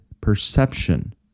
perception